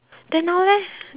then now leh